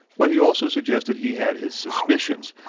but he also suggested he had his suspicions.